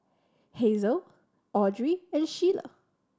Hazle Audry and Sheyla